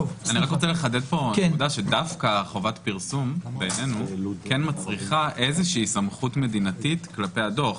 דווקא חובת הפרסום כן מצריכה איזושהי סמכות מדינתית כלפי הדוח.